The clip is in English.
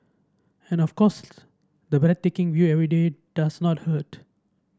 and of course the taking view every day does not hurt